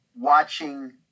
watching